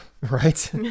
right